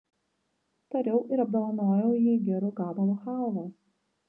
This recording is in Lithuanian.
tariau ir apdovanojau jį geru gabalu chalvos